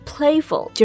Playful